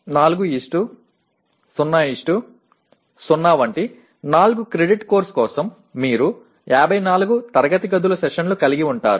400 వంటి 4 credit course కోసం మీరు 54 తరగతి గదుల సెషన్లను కలిగి ఉంటారు